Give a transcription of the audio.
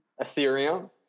Ethereum